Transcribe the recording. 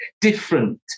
different